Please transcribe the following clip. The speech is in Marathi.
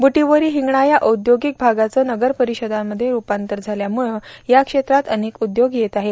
बुटीबोरी हिंगणा या औद्योगिक भागाचं नगर परिषदामध्ये रूपांतर झाल्यामुळं या क्षेत्रात अनेक उद्योग येत आहेत